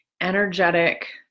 energetic